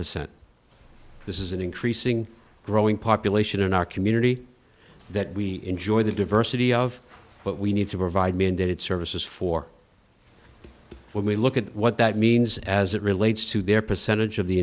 percent this is an increasing growing population in our community that we enjoy the diversity of what we need to provide mandated services for when we look at what that means as it relates to their percentage of the